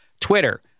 Twitter